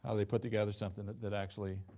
ah they put together something that that actually